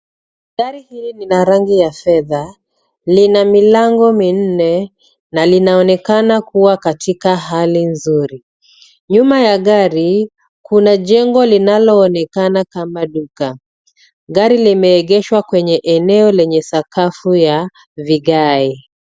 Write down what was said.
Gari hili lina rangi ya fedha, lina milango minne na linaonekana kuwa katika, hali nzuri. Nyuma ya gari, kuna jengo linalo onekana kama duka. Gari limeegeshwa kwenye eneo lenye sakafu ya vigae.